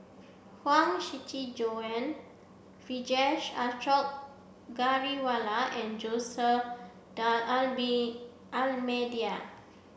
Huang Shiqi Joan Vijesh Ashok Ghariwala and Jose Almeida